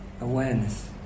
awareness